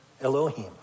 Elohim